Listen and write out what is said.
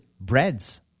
breads